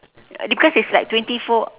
because it's like twenty four